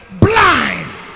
blind